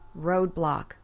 Roadblock